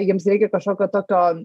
jiems reikia kažkokio tokio